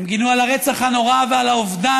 הם גינו את הרצח הנורא, ואת האובדן,